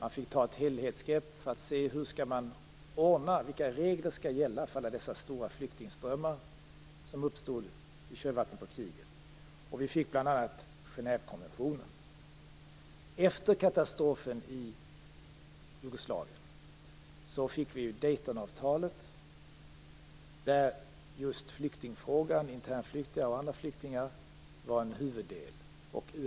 Då fick man ta ett helhetsgrepp för att se vilka regler som skulle gälla för alla de stora flyktingströmmar som uppstod i krigets kölvatten. Vi fick bl.a. Genèvekonventionen. Efter katastrofen i Jugoslavien fick vi Daytonavtalet, där just frågan om internflyktingar och andra flyktingar utgjorde en huvuddel.